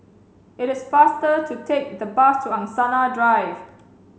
it is faster to take the bus to Angsana Drive